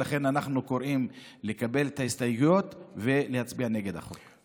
ולכן אנחנו קוראים לקבל את ההסתייגויות ולהצביע נגד החוק.